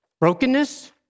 Brokenness